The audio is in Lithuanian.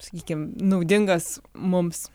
sakykim naudingas mums